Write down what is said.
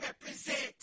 represent